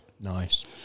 Nice